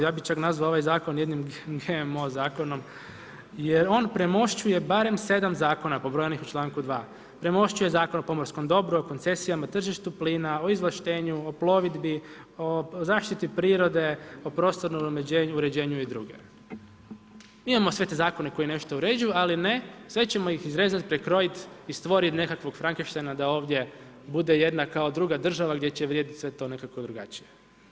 Ja bih čak nazvao ovaj Zakon jednim GMO zakonom je on premošćuje barem 7 zakona pobrojanih u čl. 2. Premošćuje Zakon o pomorskom dobru, o koncesijama, tržištu plina, o izvlaštenju, o plovidbi, o zaštiti prirode, o prostornom uređenju i dr. Imamo sve te zakone koji nešto uređuju, ali ne sve ćemo ih izrezati, prekrojiti i stvoriti nekakvog Frenkeinsteina da ovdje bude jedna kao druga država gdje će vrijediti sve to nekako drugačije.